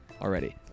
already